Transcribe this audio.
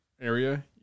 area